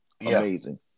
Amazing